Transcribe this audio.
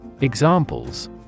Examples